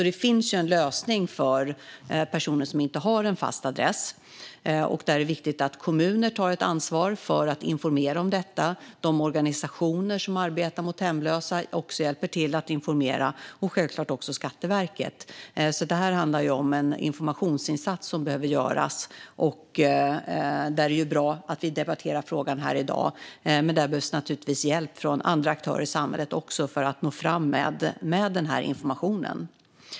Det finns alltså en lösning för personer som inte har en fast adress, och det är viktigt att kommuner tar ett ansvar för att informera om det liksom organisationer som arbetar med hemlösa och självklart även Skatteverket. Det här handlar om en informationsinsats som behöver göras, och därför är det bra att vi debatterar frågan här i dag. Dock behövs naturligtvis hjälp även från andra aktörer i samhället för att nå fram med informationen.